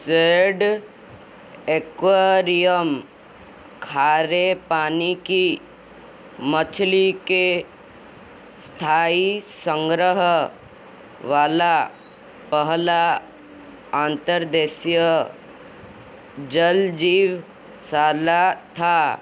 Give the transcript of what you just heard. said aquarium खारे पानी की मछली के स्थायी संग्रह वाला पहला अंतर्देशीय जलजीवशाला था